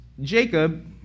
Jacob